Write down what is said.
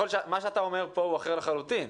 מה שאתה אומר כאן הוא דבר אחר לחלוטין.